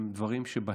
אלה דברים שבהם,